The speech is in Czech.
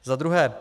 Za druhé.